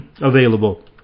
available